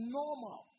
normal